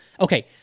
okay